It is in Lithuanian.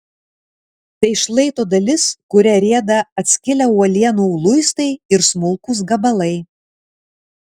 tai šlaito dalis kuria rieda atskilę uolienų luistai ir smulkūs gabalai